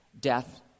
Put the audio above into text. Death